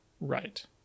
Right